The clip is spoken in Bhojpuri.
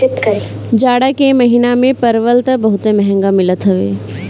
जाड़ा के महिना में परवल तअ बहुते महंग मिलत हवे